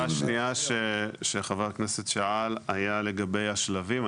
שאלה שנייה שחבר הכנסת שאל הייתה לגבי השלבים.